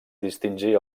distingir